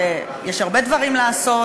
ויש הרבה דברים לעשות,